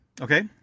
Okay